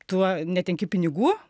tuo netenki pinigų